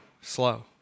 Slow